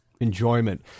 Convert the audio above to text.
enjoyment